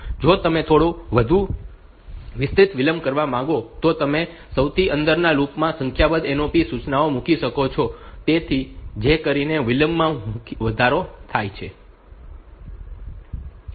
જો તમે થોડી વધુ વિસ્તૃત વિલંબ કરવા માંગો તો તમે સૌથી અંદરના લૂપ માં સંખ્યાબંધ NOP સૂચનાઓ મૂકી શકો છો જેથી કરીને તે વિલંબ મૂલ્યમાં વધારો થાય છે